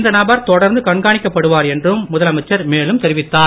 இந்த நபர் தொடர்ந்து கண்காணிக்கப்படுவார் என்றும் முதலமைச்சர் மேலும் தெரிவித்தார்